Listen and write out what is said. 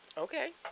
Okay